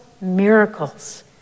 miracles